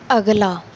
ਅਗਲਾ